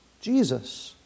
Jesus